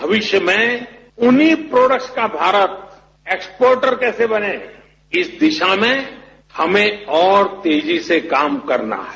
भविष्य में उन्हीं प्रोडक्ट का भारत एक्सपोर्टर कैसे बने इस दिशा में हमें और तेजी से काम करना है